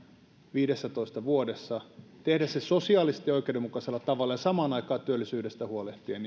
viidessätoista vuodessa ja tehdä se sosiaalisesti oikeudenmukaisella tavalla ja samaan aikaan työllisyydestä huolehtien